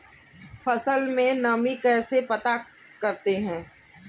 फसल में नमी कैसे पता करते हैं?